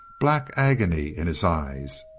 black agony in his eyes.